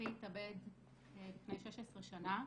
אחי התאבד לפני 16 שנים,